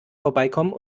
vorbeikommen